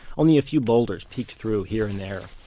only a few boulders peaked through here and there